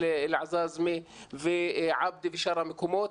אל עזאמה ועבדי ושאר המקומות.